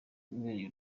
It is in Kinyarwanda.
ubereye